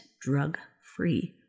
drug-free